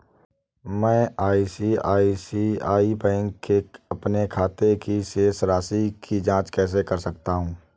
मैं ICICI bank के अपने खाते की शेष राशि की जाँच कैसे कर सकता हूँ?